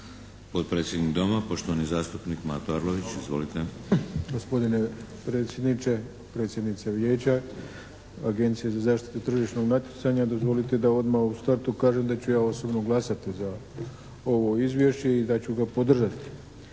Potpredsjednik Doma, poštovani zastupnik Mato Arlović. Izvolite. **Arlović, Mato (SDP)** Gospodine predsjedniče, predsjednice Vijeća Agencije za zaštitu tržišnog natjecanja dozvolite da odmah u startu kažem da ću ja osobno glasati za ovo izvješće i da ću ga podržati.